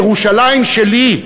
ירושלים שלי,